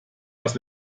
das